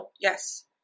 yes